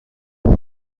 دوست